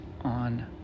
on